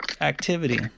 activity